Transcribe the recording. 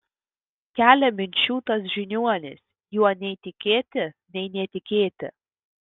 kelia minčių tas žiniuonis juo nei tikėti nei netikėti